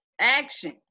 action